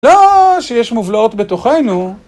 לא שיש מובלעות בתוכנו